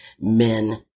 men